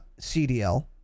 CDL